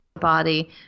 body